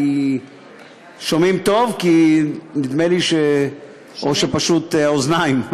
שומעים טוב, או פשוט האוזניים,